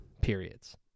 periods